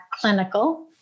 clinical